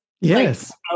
yes